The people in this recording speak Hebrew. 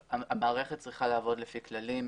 המערכת צריכה לעבוד לפי כללים.